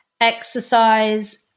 Exercise